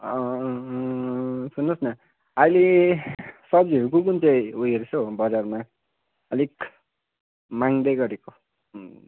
सुन्नुहोस् न अहिले सब्जीहरू कुन कुन चाहिँ उयो रहेछ हौ बजारमा अलिक माग्दै गरेको